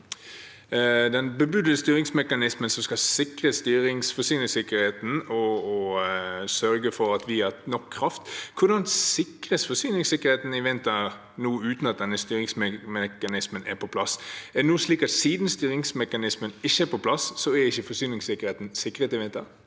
Den bebudede styringsmekanismen som skal sikre forsyningssikkerheten og sørge for at vi har nok kraft – hvordan sikres forsyningssikkerheten i vinter uten at denne styringsmekanismen er på plass? Er det nå slik at siden styringsmekanismen ikke er på plass, så er ikke forsyningssikkerheten sikret i vinter?